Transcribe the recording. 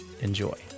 enjoy